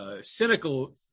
Cynical